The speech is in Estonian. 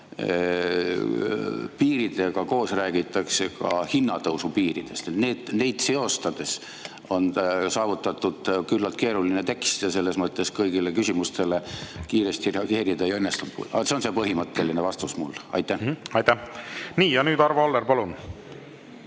piiridega koos räägitakse ka hinnatõusu piiridest. Neid seostades on saavutatud küllalt keeruline tekst ja selles mõttes mul kõigile küsimustele kiiresti reageerida ei õnnestunud. See on see põhimõtteline vastus mul. Aitäh! Natukene selgituseks, et kus